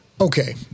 Okay